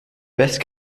best